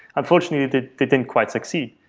unfortunately, they they didn't quite succeed.